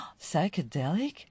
psychedelic